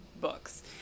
books